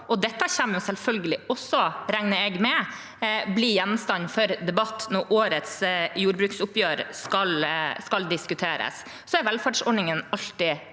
dette kommer selvfølgelig også – regner jeg med – til å bli gjenstand for debatt når årets jordbruksoppgjør skal diskuteres. Velferdsordningene er alltid